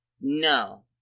no